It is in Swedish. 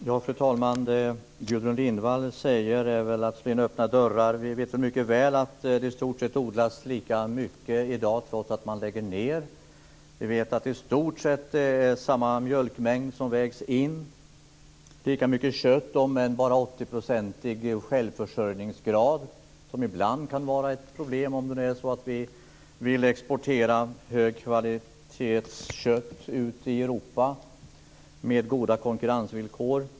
Fru talman! Det som Gudrun Lindvall säger är att slå in öppna dörrar. Vi vet mycket väl att det i stort sett odlas lika mycket i dag trots att man lägger ned. Det är i stort sett samma mjölkmängd som vägs in och lika mycket kött - om än med bara 80-procentig självförsörjningsgrad. Det kan ju ibland vara ett problem om vi nu vill exportera högkvalitetskött ut i Europa med goda konkurrensvillkor.